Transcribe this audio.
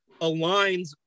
aligns